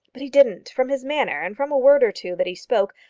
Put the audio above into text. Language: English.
but he didn't. from his manner, and from a word or two that he spoke,